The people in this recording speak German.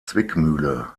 zwickmühle